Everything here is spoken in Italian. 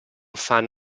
fan